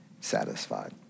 satisfied